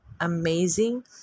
amazing